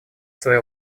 свое